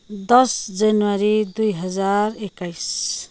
दस जनवरी दुई हजार एक्काइस